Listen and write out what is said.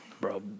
Bro